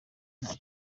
nta